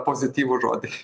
pozityvų žodį